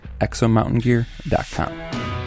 exomountaingear.com